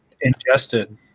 Ingested